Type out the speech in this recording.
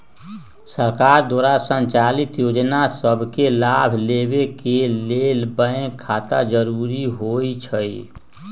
सरकार द्वारा संचालित जोजना सभके लाभ लेबेके के लेल बैंक खता जरूरी होइ छइ